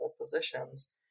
positions